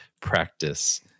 practice